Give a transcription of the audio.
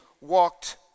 walked